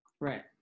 Right